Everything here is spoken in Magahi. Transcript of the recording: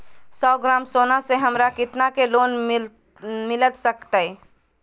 सौ ग्राम सोना से हमरा कितना के लोन मिलता सकतैय?